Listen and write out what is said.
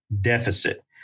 deficit